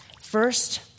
First